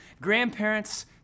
Grandparents